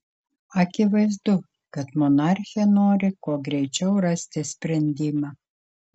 akivaizdu kad monarchė nori kuo greičiau rasti sprendimą